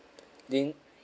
Lin